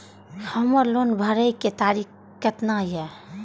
हमर लोन भरे के तारीख केतना ये?